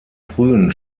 frühen